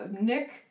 nick